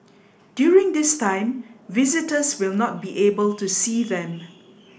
during this time visitors will not be able to see them